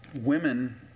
women